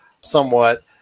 somewhat